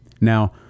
Now